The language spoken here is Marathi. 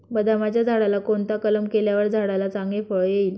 बदामाच्या झाडाला कोणता कलम केल्यावर झाडाला चांगले फळ येईल?